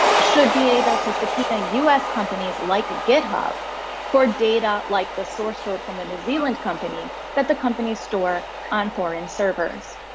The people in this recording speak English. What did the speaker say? should be able to subpoena u s. companies like github for data, like the source code from the new zealand company, that the company store on foreign servers.